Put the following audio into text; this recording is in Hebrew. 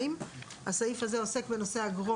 יכול להיות שהן ייחשבו כהתנהגות שאינה הולמת או